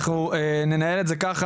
אנחנו ננהל את זה ככה